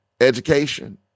education